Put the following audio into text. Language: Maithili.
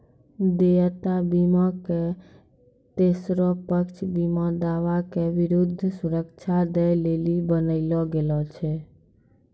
देयता बीमा के तेसरो पक्ष बीमा दावा के विरुद्ध सुरक्षा दै लेली बनैलो गेलौ छै